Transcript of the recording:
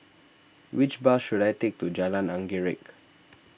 which bus should I take to Jalan Anggerek